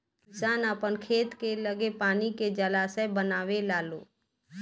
किसान आपन खेत के लगे पानी के जलाशय बनवे लालो